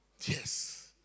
Yes